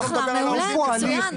אחלה, מעולה, מצוין.